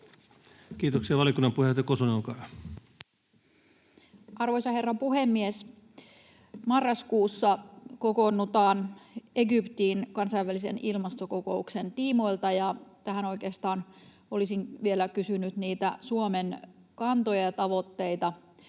Kiitoksia. — Valiokunnan puheenjohtaja Kosonen, olkaa hyvä. Arvoisa herra puhemies! Marraskuussa kokoonnutaan Egyptiin kansainvälisen ilmastokokouksen tiimoilta, ja oikeastaan olisin vielä kysynyt niitä Suomen kantoja ja tavoitteita